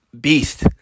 beast